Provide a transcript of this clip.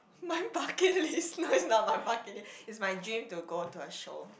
my bucket list no it's not my bucket list it's my dream to go to her show